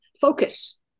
Focus